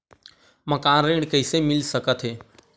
मकान ऋण कइसे मिल सकथे?